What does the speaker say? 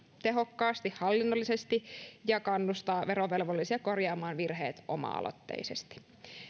hallinnollisesti tehokkaasti ja kannustaa verovelvollisia korjaamaan virheet oma aloitteisesti